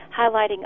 highlighting